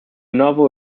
novel